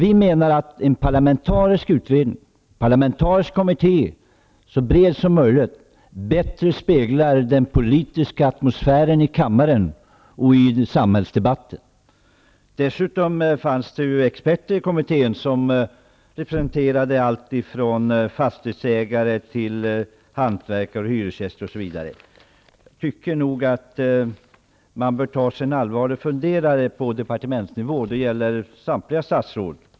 Vi menar att en parlamentarisk utredning, så bred som möjligt, bättre speglar den politiska atmosfären i kammaren och i samhällsdebatten. Dessutom fanns det experter i kommittén som representerade alltifrån fastighetsägare till hantverkare och hyresgäster. Man bör ta sig en allvarlig funderare på departementsnivå. Det gäller samtliga statsråd.